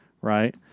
right